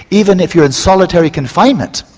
even if you're in solitary confinement.